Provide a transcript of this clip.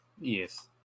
Yes